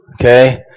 Okay